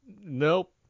Nope